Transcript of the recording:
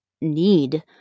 need